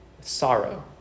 sorrow